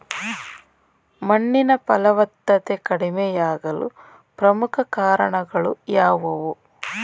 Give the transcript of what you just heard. ಮಣ್ಣಿನ ಫಲವತ್ತತೆ ಕಡಿಮೆಯಾಗಲು ಪ್ರಮುಖ ಕಾರಣಗಳು ಯಾವುವು?